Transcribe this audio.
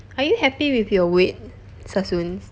are you happy with your weight sasun